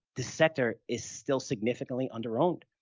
the sector is still significantly under owned